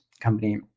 company